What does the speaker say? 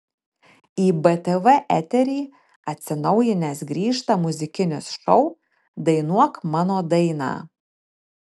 į btv eterį atsinaujinęs grįžta muzikinis šou dainuok mano dainą